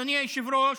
אדוני היושב-ראש,